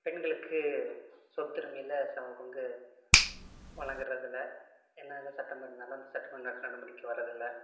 பெண்களுக்கு சொத்துரிமையில் சம பங்கு வழங்குறதில்ல என்ன தான் சட்டம் இருந்தாலும் அந்த சட்டம் நம் நாட்டு நடைமுறைக்கு வரதில்லை